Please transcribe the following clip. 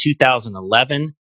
2011